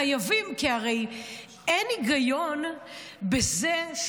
חייבים, כי הרי אין היגיון בזה.